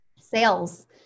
sales